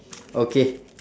okay